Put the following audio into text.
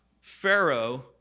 Pharaoh